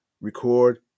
record